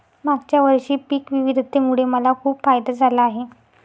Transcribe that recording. मागच्या वर्षी पिक विविधतेमुळे मला खूप फायदा झाला आहे